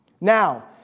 Now